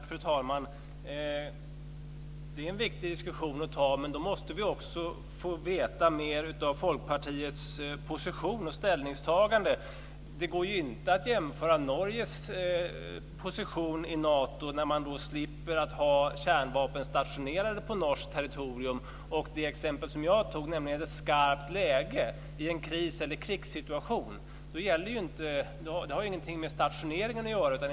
Fru talman! Det är en viktig diskussion att ta. Men då måste vi också få veta mer om Folkpartiets position och ställningstagande. Det går ju inte att jämföra med Norges situation i Nato, där man slipper att ha kärnvapen stationerade på norskt territorium. Det exempel som jag tog gällde ett skarpt läge i en kris eller krigssituation. Det har ju ingenting med stationeringen att göra.